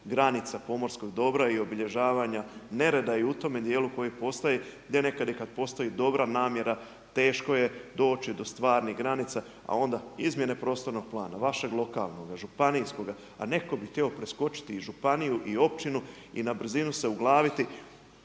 granica pomorskog dobra i obilježavanja nerede i u tome dijelu koji postoji, da nekad kad postoji dobra namjera teško je doći do stvarnih granica, a onda izmjene prostornog plana, vašeg lokalnoga, županijskoga. A netko bi htio preskočiti i županiju i općinu i na brzinu se uglaviti.